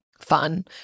fun